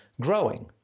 growing